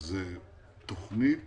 תכנית